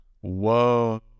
Whoa